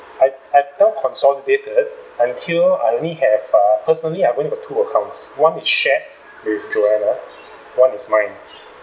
I've I've now consolidated until I only have uh personally I've only got two accounts one shared with joanna one is mine